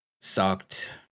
sucked